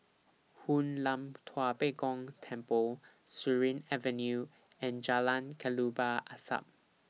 Hoon Lam Tua Pek Kong Temple Surin Avenue and Jalan Kelabu Asap